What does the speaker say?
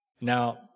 Now